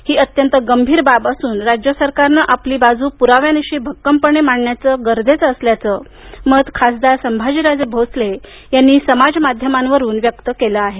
ही अत्यंत गंभीर बाब असून राज्यसरकारनं आपली बाजू पुराव्यानिशी भक्कमपणे मांडणं गरजेचं वसल्याचं मत खासदार संभाजीराजे भोसले यांनी समाज माध्यमावरून व्यक्त केलं आहे